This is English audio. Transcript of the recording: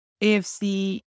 AFC